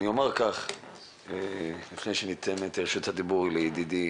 אחרי שאתן את רשות הדיבור לידידי